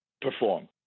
Perform